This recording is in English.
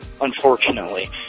unfortunately